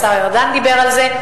והשר ארדן דיבר על זה,